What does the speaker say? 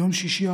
ביום שישי,